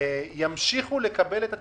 ימשיכו לקבל תקצוב,